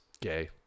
Gay